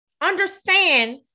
understand